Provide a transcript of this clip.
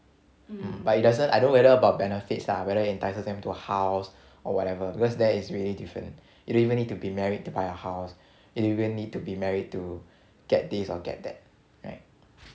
but it doesn't I don't know whether about benefits ah whether entitled them to a house or whatever because there is really different you don't even to be married to buy a house you don't even need to be married to get this or get that right